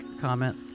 comment